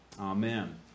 Amen